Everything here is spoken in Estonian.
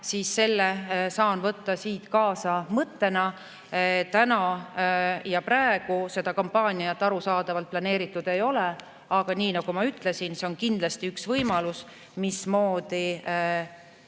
siis selle saan võtta siit mõttena kaasa. Täna ja praegu seda kampaaniat arusaadavalt planeeritud ei ole, aga nii nagu ma ütlesin, see on kindlasti üks võimalus, mismoodi